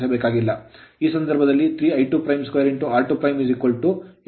ಆದ್ದರಿಂದ ಈ ಸಂದರ್ಭದಲ್ಲಿ 3 I22 r2 829 250 ಆಗಿರುತ್ತದೆ